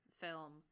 film